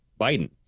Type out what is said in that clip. Biden